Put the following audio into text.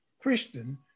Christian